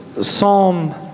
Psalm